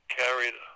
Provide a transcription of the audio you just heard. carried